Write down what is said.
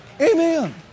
Amen